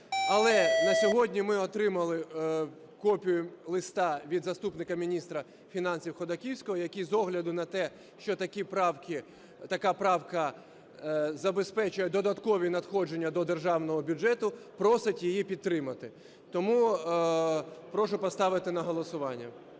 Але на сьогодні ми отримали копію листа від заступника міністра фінансів Ходаковського, який, з огляду на те, що така правка забезпечує додаткові надходження до державного бюджету, просить її підтримати. Тому прошу поставити на голосування.